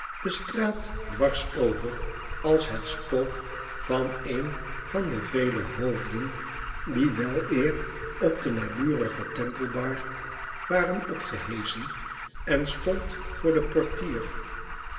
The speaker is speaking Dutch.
de straat dwars over als het spook van een van de vele hoofden die weleer op de naburige temple bar waren opgeheschen en stond voor den portier